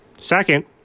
Second